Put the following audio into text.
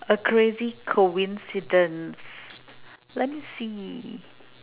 a crazy coincidence let me see